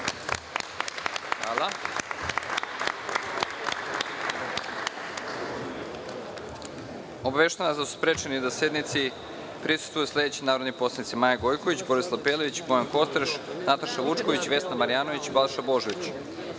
Hvala. Obaveštavam vas da su sprečeni da sednici prisustvuju sledeći narodni poslanici: Maja Gojković, Borislav Pelević, Bojan Kostreš, Nataša Vučković, Vesna Marjanović i Balša Božović. Saglasno